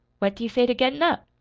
what do you say to gettin' up?